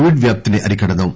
కోవిడ్వ్యాప్తిని అరికడదాం